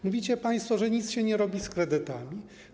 Mówicie państwo, że nic się nie robi z kredytami.